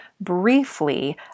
briefly